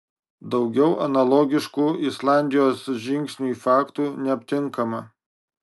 daugiau analogiškų islandijos žingsniui faktų neaptinkama